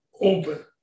open